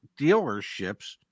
dealerships